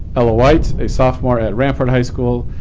ella white, a sophomore at rampart high school,